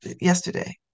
yesterday